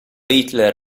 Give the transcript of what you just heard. hitler